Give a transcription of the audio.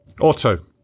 Auto